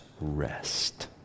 rest